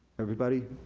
everybody,